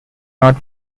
not